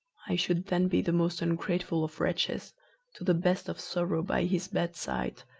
i should then be the most ungrateful of wretches to the best of sorrow by his bedside,